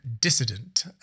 dissident